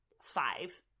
five